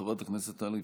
חברת הכנסת טלי פלוסקוב,